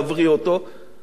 אני מאחל לערוץ הזה